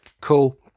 cool